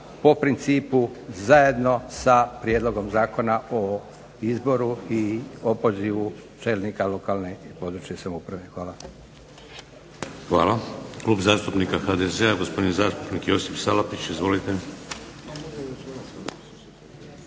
po principu zajedno sa Prijedlogom zakona o izboru i opozivu čelnika lokalne i područne samouprave. Hvala. **Šeks, Vladimir (HDZ)** Hvala. Klub zastupnika HDZ-a gospodin zastupnik Josip SAlapić. Izvolite.